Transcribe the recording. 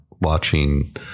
watching